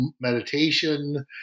meditation